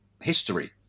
history